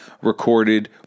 recorded